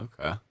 okay